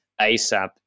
ASAP